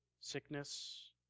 Sickness